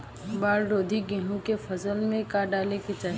बाढ़ रोधी गेहूँ के फसल में का डाले के चाही?